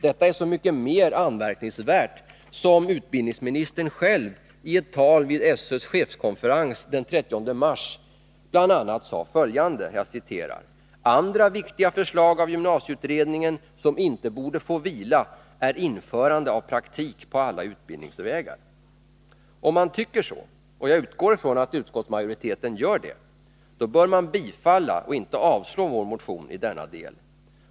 Detta är så mycket mer anmärkningsvärt som utbildningsministern själv i ett tal vid SÖ:s chefskonferens den 30 mars bl.a. sade följande: ”Andra viktiga förslag av gymnasieutredningen, som inte borde få vila, är införandet av praktik på alla utbildningsvägar.” Om man tycker så, och jag utgår från att utskottsmajoriteten gör det, bör man tillstyrka och inte avstyrka vår motion i denna del.